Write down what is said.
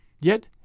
Yet